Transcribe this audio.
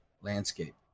landscape